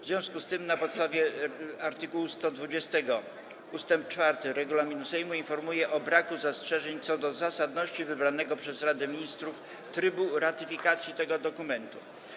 W związku z tym, na podstawie art. 120 ust. 4 regulaminu Sejmu, informuję o braku zastrzeżeń co do zasadności wybranego przez Radę Ministrów trybu ratyfikacji tego dokumentu.